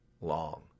long